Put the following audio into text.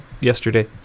yesterday